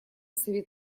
совет